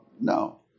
No